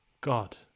God